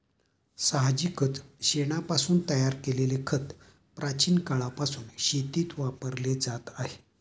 साहजिकच शेणापासून तयार केलेले खत प्राचीन काळापासून शेतीत वापरले जात आहे